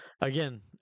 again